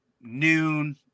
noon